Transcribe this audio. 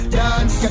dance